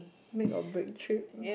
make or break trip